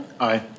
Aye